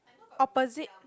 opposite